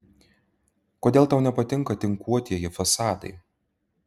kodėl tau nepatinka tinkuotieji fasadai